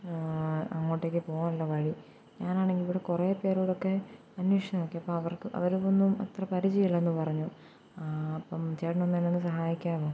അങ്ങോട്ടേക്കു പോകാനുള്ള വഴി ഞാനാണെങ്കിൽ ഇവിടെ കുറേ പേരോടൊക്കെ അന്വേഷിച്ച് നോക്കിയപ്പം അവർക്ക് അവർക്കൊന്നും അത്ര പരിചയമില്ലെന്നു പറഞ്ഞു അപ്പം ചേട്ടനൊന്ന് എന്നെയൊന്നു സഹായിക്കാമോ